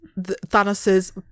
Thanos's